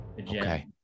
Okay